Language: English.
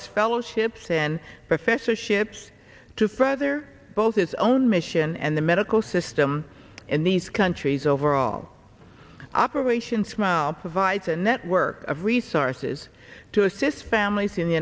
as fellowships and professorships to further both its own mission and the medical system in these countries overall operation smile provides a network of resources to assist families in the